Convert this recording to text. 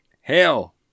Hell